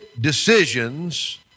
decisions